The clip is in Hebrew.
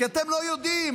כי אתם לא יודעים,